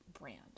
brand